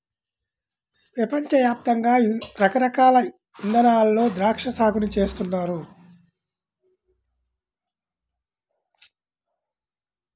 పెపంచ యాప్తంగా రకరకాల ఇదానాల్లో ద్రాక్షా సాగుని చేస్తున్నారు